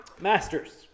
Masters